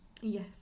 yes